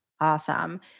Awesome